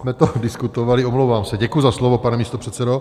My jsme to diskutovali omlouvám se, děkuji za slovo, pane místopředsedo.